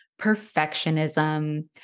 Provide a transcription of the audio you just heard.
perfectionism